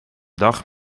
dag